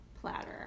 platter